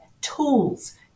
tools